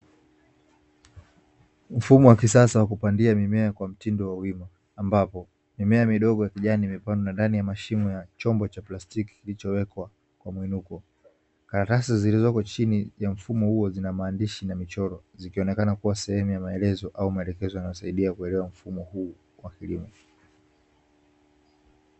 Mfumo wa kisasa wa kupandia mimea kwa mtindo wa wima ambapo mimea midogo ya kijani imepandwa ndani ya mashimo ya chombo cha plastiki kilichowekwa kwa mwinuko, karatasi zilizoko chini ya mfumo huo zina maandishi na michoro, zikionekana kuwa sehemu ya maelezo au maelekezo yanayosaidia kuelewa mfumo huu wa kilimo.